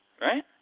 right